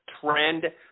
trend